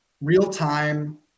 real-time